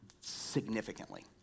significantly